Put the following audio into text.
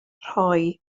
rhoi